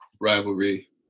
rivalry